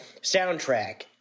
soundtrack